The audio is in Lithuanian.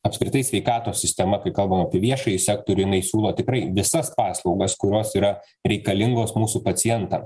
apskritai sveikatos sistema kai kalbam apie viešąjį sektorių jinai siūlo tikrai visas paslaugas kurios yra reikalingos mūsų pacientam